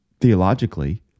theologically